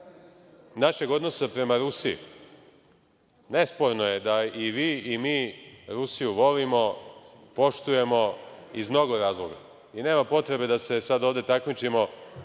našeg odnosa prama Rusiji, nesporno je da i vi i mi Rusiju volimo, poštujemo iz mnogo razloga i nama potrebe da se sada ovde takmičimo